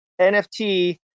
NFT